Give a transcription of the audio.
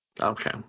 Okay